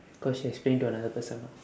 cause she explain to another person